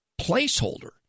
placeholder